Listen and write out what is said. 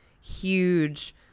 huge